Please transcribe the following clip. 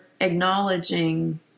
acknowledging